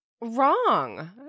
wrong